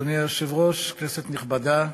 אדוני היושב-ראש, כנסת נכבדה,